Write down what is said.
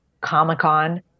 Comic-Con